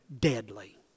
deadly